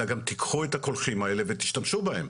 אלא תקחו את הקולחים האלה ותשתמשו בהם.